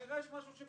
כנראה יש משהו שמציק.